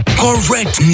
correct